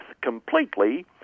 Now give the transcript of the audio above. completely